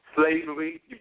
Slavery